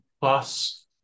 Plus